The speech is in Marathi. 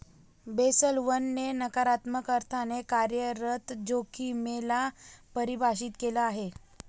बेसल वन ने नकारात्मक अर्थाने कार्यरत जोखिमे ला परिभाषित केलं आहे